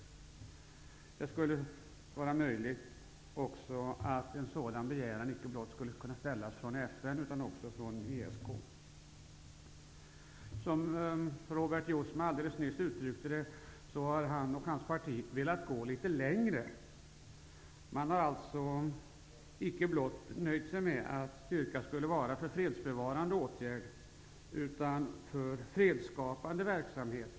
Det skulle vara möjligt att en sådan begäran inte skulle behöva komma endast från FN utan även från ESK. Precis som Robert Jousma alldeles nyss uttryckte det, har han och hans parti velat gå litet längre. Man har icke blott nöjt sig med att den militära styrkan skulle vara avsedd endast för fredsbevarande åtgärder, utan även för fredsskapande verksamhet.